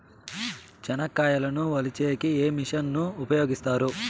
చెనక్కాయలు వలచే కి ఏ మిషన్ ను ఉపయోగిస్తారు?